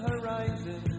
Horizon